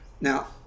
Now